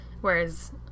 Whereas